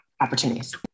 opportunities